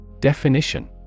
Definition